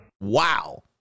wow